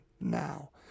now